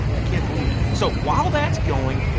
ah can't believe it. so while that's going,